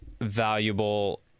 valuable